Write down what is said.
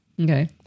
Okay